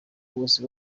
wose